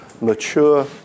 mature